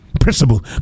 principle